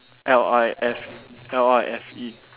L I F L I F E